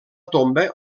tomba